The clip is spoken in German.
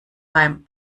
beim